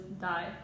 die